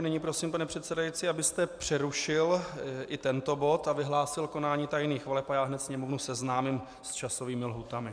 Nyní prosím, pane předsedající, abyste přerušil i tento bod a vyhlásil konání tajných voleb, a já hned Sněmovnu seznámím s časovými lhůtami.